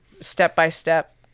step-by-step